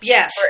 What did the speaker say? Yes